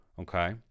okay